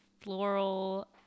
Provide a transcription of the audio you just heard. floral